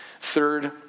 Third